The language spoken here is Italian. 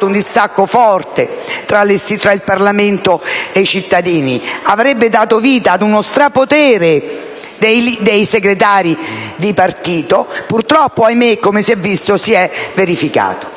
un distacco forte tra il Parlamento e i cittadini, avrebbe dato vita ad uno strapotere dei segretari di partito e, purtroppo, ahimè, tutto ciò si è verificato.